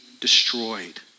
destroyed